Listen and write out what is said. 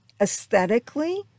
aesthetically